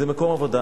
זה מקום עבודה.